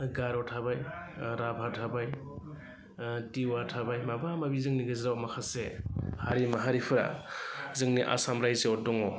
गार' थाबाय राभा थाबाय टिवा थाबाय माबा माबि जोंनि गेजेराव माखासे हारि माहारिफोरा जोंनि आसाम रायजोआव दङ